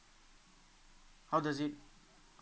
how does it